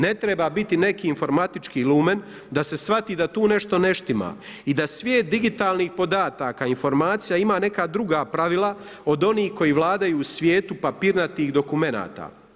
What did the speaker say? Ne treba biti neki informatički lumen da se shvati da tu nešto ne štima i da svijet digitalnih podataka informacija ima neka druga pravila od onih koji vladaju u svijetu papirnatih dokumenata.